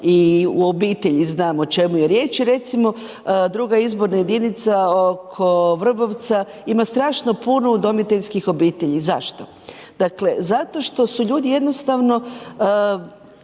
i u obitelji znam o čemu je riječ. Recimo druga izborna jedinica oko Vrbovca ima strašno puno udomiteljskih obitelji, zašto? Dakle zato što su ljudi jednostavno